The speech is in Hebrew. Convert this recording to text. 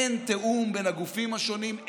אין תיאום בין הגופים השונים,